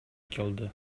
келди